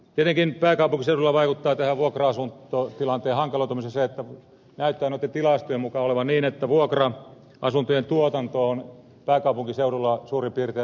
tietenkin pääkaupunkiseudulla vaikuttaa tähän vuokra asuntotilanteen hankaloitumiseen se että näyttää noitten tilastojen mukaan olevan niin että vuokra asuntojen tuotanto on pääkaupunkiseudulla suurin piirtein romahtanut